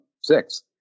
six